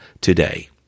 today